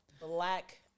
black